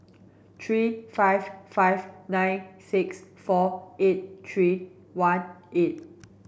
three five five nine six four eight three one eight